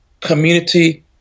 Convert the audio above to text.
community